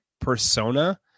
persona